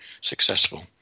successful